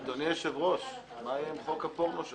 אדוני היושב ראש, מה יהיה עם חוק הפורנו שלך?